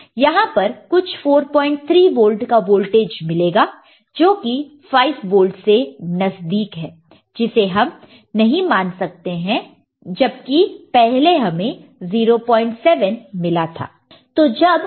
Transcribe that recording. यहां पर कुछ 43 वोल्ट का वोल्टेज मिलेगा जो कि 5 वोल्ट से नजदीक है जिसे हम नहीं मान सकते हैं जबकि पहले हमें 07 वोल्ट मिला था